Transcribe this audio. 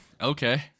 Okay